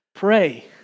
Pray